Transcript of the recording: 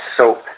soap